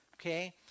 okay